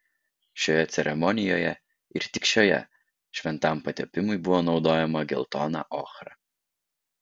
šioje ceremonijoje ir tik šioje šventam patepimui buvo naudojama geltona ochra